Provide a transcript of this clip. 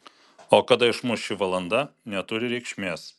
o kada išmuš ši valanda neturi reikšmės